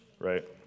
Right